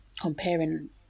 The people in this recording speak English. comparing